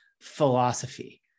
Philosophy